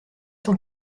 cent